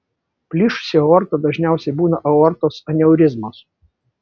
plyšusi aorta dažniausiai būna aortos aneurizmos